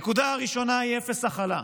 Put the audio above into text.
הנקודה הראשונה היא אפס הכלה: